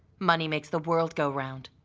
money makes the world go round.